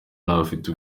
n’abafite